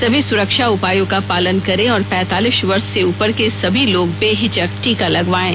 सभी सुरक्षा उपायों का पालन करें और पैंतालीस वर्ष से उपर के सभी लोग बेहिचक टीका लगवायें